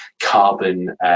carbon